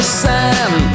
sand